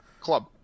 club